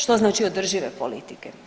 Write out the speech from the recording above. Što znači održive politike?